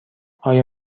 آیا